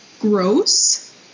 gross